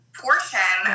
portion